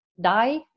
die